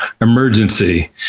emergency